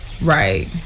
Right